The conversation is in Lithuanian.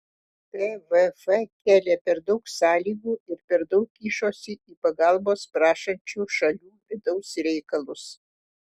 tvf kėlė per daug sąlygų ir per daug kišosi į pagalbos prašančių šalių vidaus reikalus